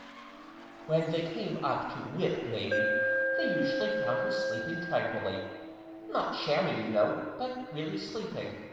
when they came up to whip maimie they usually found her sleeping tranquilly not shamming, you know, but really sleeping,